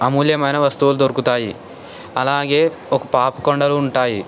అమూల్యమైన వస్తువులు దొరుకుతాయి అలాగే ఒక పాపికొండలు ఉంటాయి